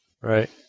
Right